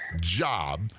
job